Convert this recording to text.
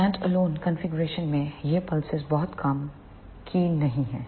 standalone configuration में ये pulses बहुत काम की नहीं हैं